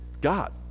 God